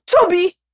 Toby